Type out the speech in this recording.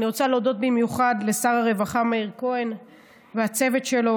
אני רוצה להודות במיוחד לשר הרווחה מאיר כהן ולצוות שלו,